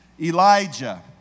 Elijah